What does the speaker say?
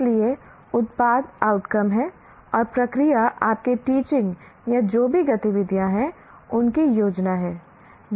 इसलिए उत्पाद आउटकम है और प्रक्रिया आपके टीचिंग या जो भी गतिविधियाँ हैं उनकी योजना है